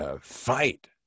Fight